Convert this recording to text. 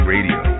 Radio